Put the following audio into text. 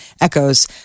Echoes